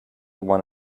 one